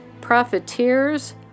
profiteers